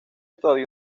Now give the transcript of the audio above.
todavía